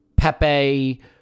Pepe